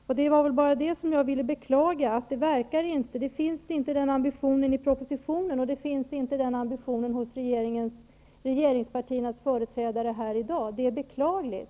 Jag ville bara beklaga att det inte finns någon sådan ambition i propositionen eller hos regeringspartiernas företrädare här i dag. Det är beklagligt.